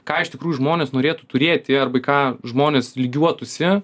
ką iš tikrųjų žmonės norėtų turėti arba į ką žmonės lygiuotųsi